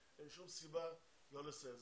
אין שום סיבה שלא נעשה את זה.